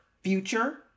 future